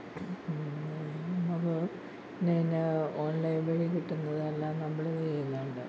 അപ്പോൾ പിന്നെ ഇന്ന ഓൺലൈൻ വഴി കിട്ടുന്നതെല്ലാം നമ്മൾ ഇത് ചെയ്യുന്നുണ്ട്